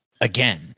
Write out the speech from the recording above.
again